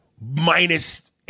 Minus